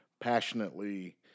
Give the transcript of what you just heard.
passionately